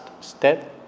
step